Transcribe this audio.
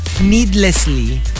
needlessly